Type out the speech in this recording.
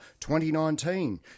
2019